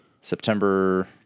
September